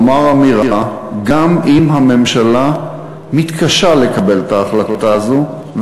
לומר אמירה גם אם הממשלה מתקשה לקבל את ההחלטה הזאת,